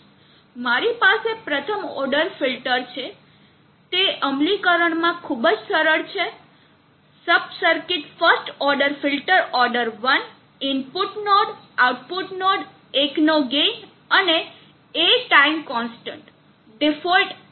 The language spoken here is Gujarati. મારી પાસે પ્રથમ ઓર્ડર ફિલ્ટર છે તે અમલીકરણમાં ખૂબ જ સરળ છે sub circuit first order filter order 1 input node output node એક નો ગેઇન અને a ટાઇમ કોન્સ્ટન્ટ ડિફોલ્ટ એક